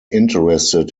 interested